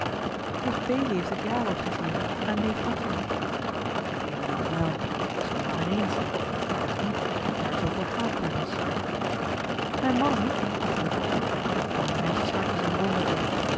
belie heeft het jawoord gegeven aan neef antony wel wel zoo maar in eens ik dacht niet dat daar zooveel haast bij was mijn man en ik dachten dat ook niet maar een meisjeshart is een wonder ding